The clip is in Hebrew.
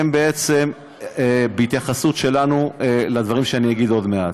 הם בעצם בהתייחסות שלנו לדברים שאני אגיד עוד מעט,